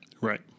right